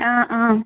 ആ ആ